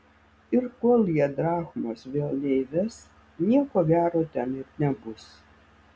ir kol jie drachmos vėl neįves nieko gero ten ir nebus